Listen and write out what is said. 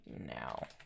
now